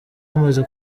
mumaze